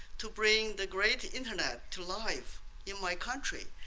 to bring the great internet to life in my country,